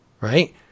right